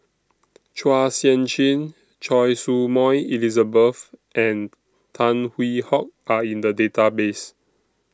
Chua Sian Chin Choy Su Moi Elizabeth and Tan Hwee Hock Are in The Database